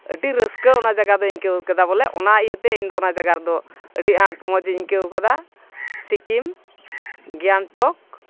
ᱟᱹᱰᱤ ᱨᱟᱹᱥᱠᱟᱹ ᱚᱱᱟ ᱡᱟᱭᱜᱟ ᱫᱚᱧ ᱟᱹᱭᱠᱟᱹᱣ ᱠᱮᱫᱟ ᱵᱚᱞᱮ ᱚᱱᱟ ᱤᱭᱟᱹᱛᱮ ᱤᱧᱫᱚ ᱚᱱᱟ ᱡᱟᱭᱜᱟ ᱨᱮᱫᱚ ᱟᱹᱰᱤ ᱟᱸᱴ ᱢᱚᱡᱽ ᱤᱧ ᱟᱹᱭᱠᱟᱹᱣ ᱠᱟᱫᱟ ᱥᱤᱠᱤᱢ ᱜᱮᱝᱴᱚᱠ